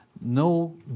no